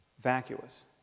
vacuous